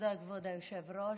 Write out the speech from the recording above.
היושב-ראש.